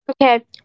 Okay